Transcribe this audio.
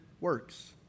works